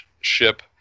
ship